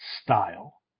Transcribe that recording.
style